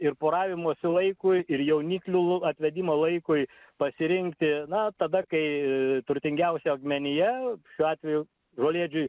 ir poravimosi laikui ir jauniklių atvedimo laikui pasirinkti na tada kai turtingiausia augmenija šiuo atveju žolėdžiui